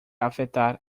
afetar